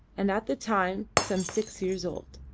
and at the time some six years old.